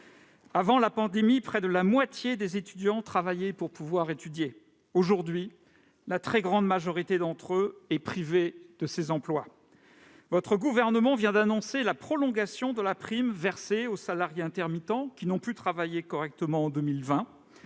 Avant la pandémie, près de la moitié des étudiants travaillaient pour pouvoir étudier. Aujourd'hui, la très grande majorité d'entre eux est privée de ces emplois. Votre gouvernement vient d'annoncer la prolongation de la prime versée aux salariés intermittents, qui n'ont pu travailler correctement en 2020